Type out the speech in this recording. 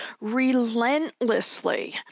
relentlessly